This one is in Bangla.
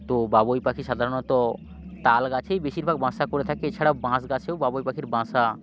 তো বাবুই পাখি সাধারণত তাল গাছেই বেশিরভাগ বাসা করে থাকে এছাড়া বাঁশ গাছেও বাবুই পাখির বাসা